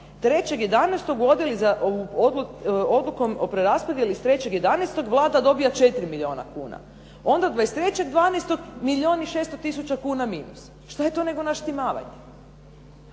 3.11. odlukom o preraspodjeli 3.11. Vlada dobiva 4 milijuna kuna, onda 23.12. milijun i 600000 kuna minus. Šta je to nego naštimavanje.